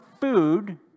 food